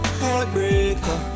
heartbreaker